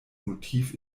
motiv